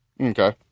Okay